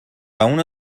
اونو